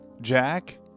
Jack